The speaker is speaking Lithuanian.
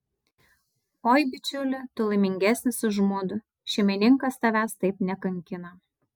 oi bičiuli tu laimingesnis už mudu šeimininkas tavęs taip nekankina